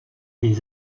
des